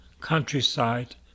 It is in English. countryside